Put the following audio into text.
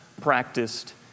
practiced